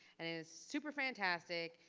and is super fantastic.